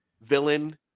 villain